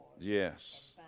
Yes